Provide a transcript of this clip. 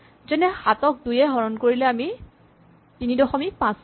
যেনে ৭ ক ২ য়ে হৰণ কৰিলে আমি ৩৫ পাম